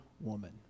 Woman